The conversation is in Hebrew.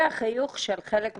לפי החיוך של חלק מהאנשים,